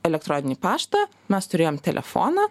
elektroninį paštą mes turėjom telefoną